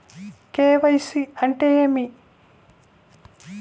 KYC అంటే ఏమి?